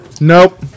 Nope